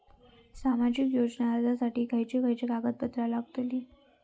सामाजिक योजना अर्जासाठी खयचे खयचे कागदपत्रा लागतली?